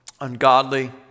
ungodly